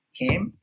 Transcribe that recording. came